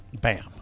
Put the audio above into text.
Bam